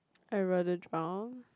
I rather drown